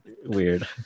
weird